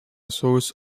source